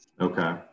Okay